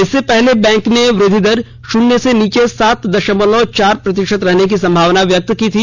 इससे पहले बैंक ने वृद्धि दर शून्य से नीचे सात दशमलव चार प्रतिशत रहने की संभावना व्यक्त की थी